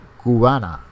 cubana